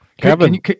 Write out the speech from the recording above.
Kevin